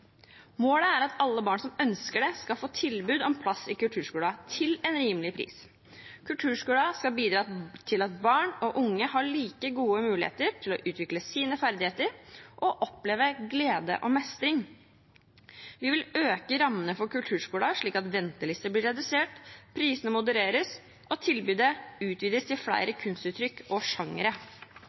Målet er at alle barn som ønsker det, skal få tilbud om plass i kulturskolen til en rimelig pris. Kulturskolen skal bidra til at barn og unge har like gode muligheter til å utvikle sine ferdigheter og oppleve glede og mestring. Vi vil øke rammene for kulturskolene slik at ventelistene blir redusert, prisene modereres og tilbudet utvides til flere kunstuttrykk og